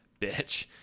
bitch